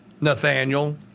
nathaniel